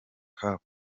cup